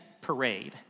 parade